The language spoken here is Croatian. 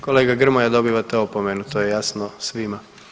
Kolega Grmoja, dobivate opomenu, to je jasno svima.